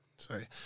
Sorry